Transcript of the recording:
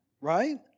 right